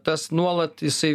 tas nuolat jisai